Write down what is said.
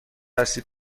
هستید